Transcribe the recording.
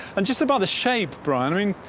and just about the shape, brian, i mean